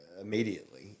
immediately